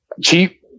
cheap